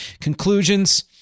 Conclusions